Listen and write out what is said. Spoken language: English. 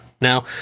Now